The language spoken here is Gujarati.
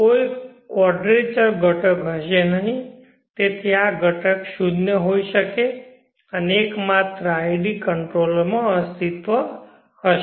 કોઈ ક્વોડરેચર ઘટક હશે નહીં તેથી આ શૂન્ય હોઈ શકે અને એકમાત્ર id કંટ્રોલર અસ્તિત્વમાં હશે